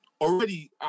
Already